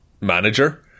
manager